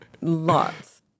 lots